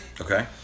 Okay